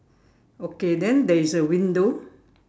okay then there is a window